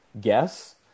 guess